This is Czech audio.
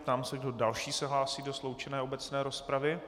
Ptám se, kdo další se hlásí do sloučené obecné rozpravy.